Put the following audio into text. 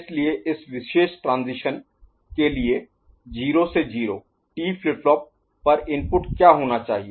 इसलिए इस विशेष ट्रांजीशन के लिए 0 से 0 टी फ्लिप फ्लॉप पर इनपुट क्या होना चाहिए